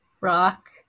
Rock